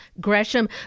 Gresham